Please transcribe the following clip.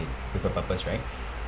with a purpose right